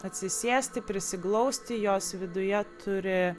atsisėsti prisiglausti jos viduje turi